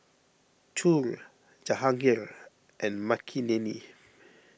Choor Jahangir and Makineni